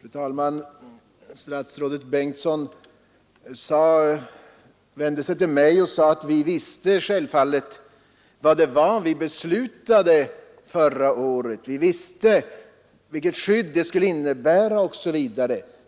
Fru talman! Statsrådet Bengtsson vände sig till mig och sade att vi självfallet visste vad vi beslutade förra året, vi visste vilket skydd det skulle innebära osv.